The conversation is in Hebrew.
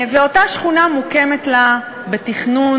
ואותה שכונה מוקמת לה בתכנון,